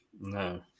No